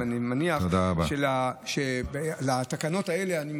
אני מניח שלתקנות האלה,